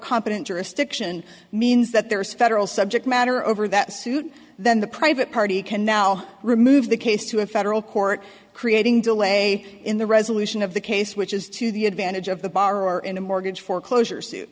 competent jurisdiction means that there is federal subject matter over that suit then the private party can now remove the case to a federal court creating delay in the resolution of the case which is to the advantage of the borrower in a mortgage foreclosure suit